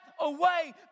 away